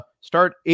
start